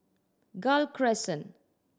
Gul Crescent